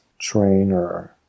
trainer